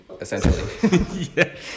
essentially